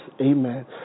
Amen